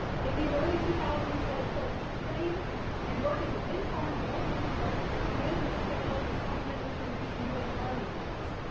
in the early two thousands dev started to train and work as a wind farm development consultant convinced that this technology was fundamental to reducing us carbon emissions.